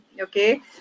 Okay